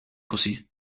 così